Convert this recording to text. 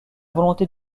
volonté